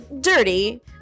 dirty